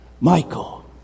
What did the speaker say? Michael